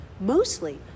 Mostly